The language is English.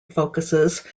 focuses